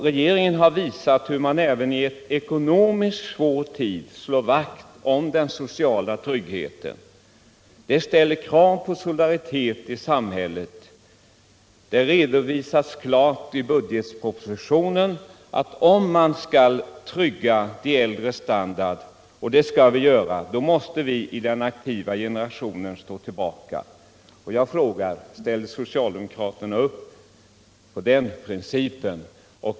Regeringen har visat hur man även i en ekonomiskt svår tid slår vakt om den sociala tryggheten. Detta ställer krav på solidaritet i samhället. Det redovisas klart i budgetpropositionen att om man skall trygga de äldres standard — och det skall vi göra — måste vi i den aktiva generationen stå tillbaka. Ställer socialdemokraterna upp på den principen?